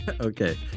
Okay